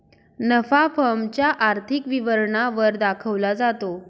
नफा फर्म च्या आर्थिक विवरणा वर दाखवला जातो